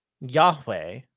Yahweh